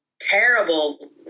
terrible